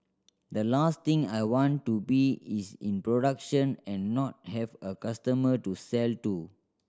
the last thing I want to be is in production and not have a customer to sell to